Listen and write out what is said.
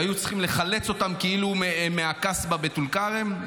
והיו צריכים לחלץ אותם כאילו מהקסבה בטול כרם?